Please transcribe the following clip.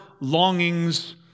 longings